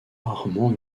rarement